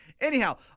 Anyhow